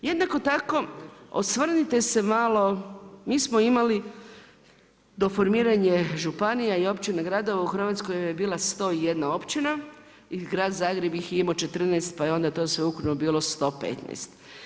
Jednako tako, osvrnite se malo, mi smo imali, do formiranja županija i općina i gradova u Hrvatskoj vam je bila 101 općina i Grad Zagreb ih je imao 14, pa je onda to sve ukupno bilo 115.